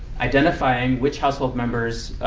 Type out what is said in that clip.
identifying which household members